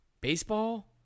baseball